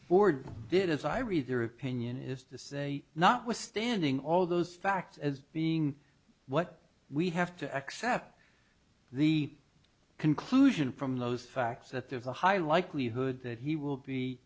board did as i read their opinion is to say notwithstanding all those facts as being what we have to accept the conclusion from those facts that there is a high likelihood that he will be